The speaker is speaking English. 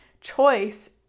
Choice